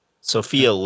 Sophia